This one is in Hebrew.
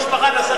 זה יוצא חצי-חצי.